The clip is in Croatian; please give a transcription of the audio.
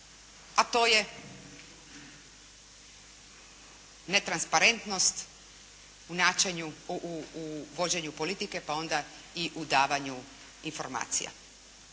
a to je netransparentnost u vođenju politike pa onda i u davanju informacija.